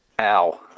Ow